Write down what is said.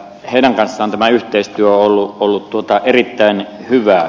heidän kanssaan tämä yhteistyö on ollut erittäin hyvää